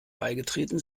beigetreten